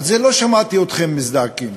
על זה לא שמעתי אתכם מזדעקים.